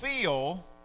feel